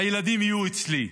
הילדים יהיו אצלי.